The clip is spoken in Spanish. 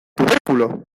tubérculo